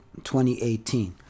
2018